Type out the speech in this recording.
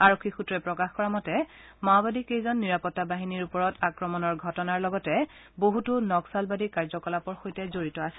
আৰক্ষী সুত্ৰই প্ৰকাশ কৰা মতে মাওবাদীকেইজন নিৰাপত্তা বাহিনীৰ ওপৰত কৰা আক্ৰমণৰ ঘটনাৰ লগতে বহুতো নক্সালবাদী কাৰ্যকলাপৰ সৈতে জড়িত আছিল